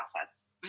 assets